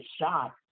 shot